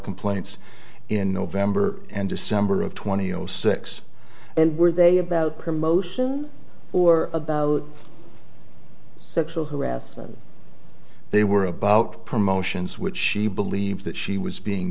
complaints in november and december of twenty zero six and were they about promotion or about sexual harassment they were about promotions which she believed that she was being